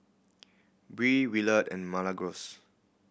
Bree Willard and Milagros